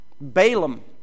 Balaam